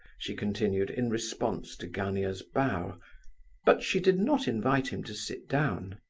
she continued, in response to gania's bow but she did not invite him to sit down.